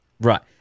Right